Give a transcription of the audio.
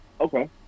okay